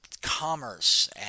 commerce